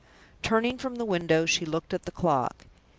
turning from the window, she looked at the clock.